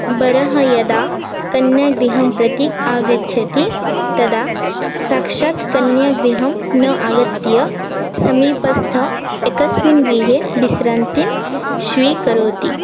वरः यदा कन्यागृहं प्रति आगच्छति तदा साक्षात् कन्यागृहं न आगत्य समीपस्थ एकस्मिन् गृहे विश्रान्तिं स्वीकरोति